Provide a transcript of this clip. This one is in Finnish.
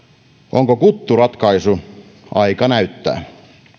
onko kuttu ratkaisu aika näyttää